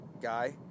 guy